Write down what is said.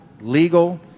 legal